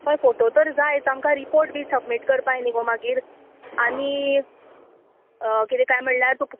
हय फोटो तर जायत आमकां रिपोर्ट बी सब्मीट करपाक न्ही गो मागीर आनी किदें कांय म्हणल्यार तुक्